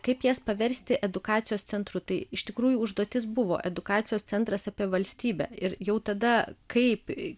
kaip jas paversti edukacijos centru tai iš tikrųjų užduotis buvo edukacijos centras apie valstybę ir jau tada kaip